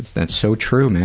that's so true, man.